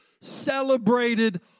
celebrated